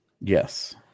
Yes